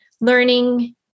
learning